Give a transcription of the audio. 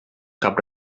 cap